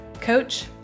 coach